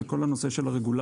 זה כל הנושא של הרגולציה.